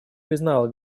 признала